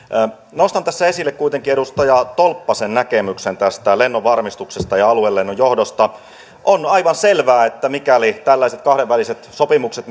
nostan tässä esille kuitenkin edustaja tolppasen näkemyksen tästä lennonvarmistuksesta ja aluelennonjohdosta on aivan selvää että mikäli tällaiset kahdenväliset sopimukset